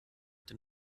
den